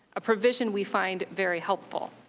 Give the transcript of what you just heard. a provision we find very helpful.